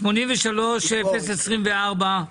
83024,